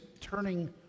turning